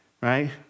Right